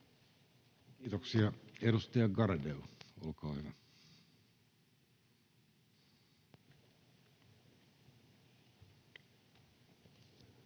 Kiitoksia. — Edustaja Garedew, olkaa hyvä.